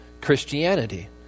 Christianity